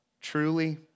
truly